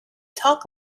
talk